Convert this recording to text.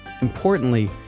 Importantly